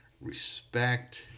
respect